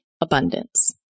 abundance